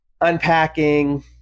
unpacking